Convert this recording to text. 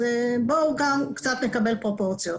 בואו נקבל קצת פרופורציות.